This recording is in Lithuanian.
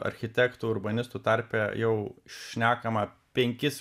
architektų urbanistų tarpe jau šnekama penkis